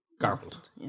garbled